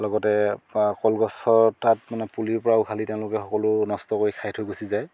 লগতে কলগছৰ তাত মানে পুলিৰ পৰাও উঘালি তেওঁলোকে সকলো নষ্ট কৰি খাই থৈ গুচি যায়